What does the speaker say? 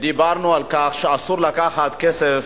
דיברנו על כך שאסור לקחת כסף